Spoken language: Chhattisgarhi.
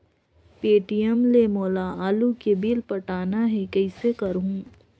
पे.टी.एम ले मोला आलू के बिल पटाना हे, कइसे करहुँ?